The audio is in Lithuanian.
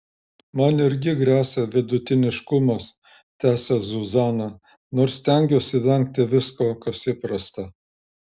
man irgi gresia vidutiniškumas tęsia zuzana nors stengiuosi vengti visko kas įprasta